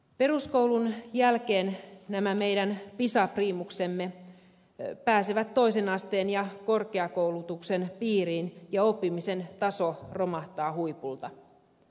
peruskoulun jälkeen nämä meidän pisa priimuksemme pääsevät toisen asteen ja korkeakoulutuksen piiriin ja oppimisen taso romahtaa huipulta